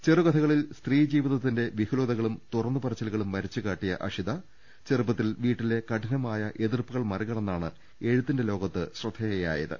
ചെറുകഥകളിൽ സ്ത്രീജീ വിതത്തിന്റെ വിഹ്വലതകളും തുറന്നുപറച്ചിലുകളും വരച്ചു കാട്ടിയ അഷിത ചെറുപ്പത്തിൽ വീട്ടിലെ കഠിനമായ എതിർപ്പു കൾ മറികടന്നാണ് എഴുത്തിന്റെ ലോകത്ത് പ്രശസ്തയായ ത്